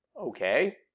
okay